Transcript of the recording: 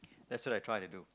that's what I tried to do